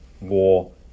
War